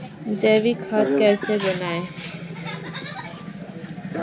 जैविक खाद कैसे बनाएँ?